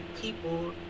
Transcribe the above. people